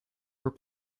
were